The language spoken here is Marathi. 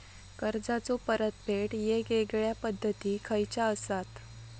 कर्जाचो परतफेड येगयेगल्या पद्धती खयच्या असात?